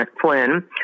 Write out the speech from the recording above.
Flynn